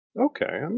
Okay